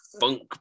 funk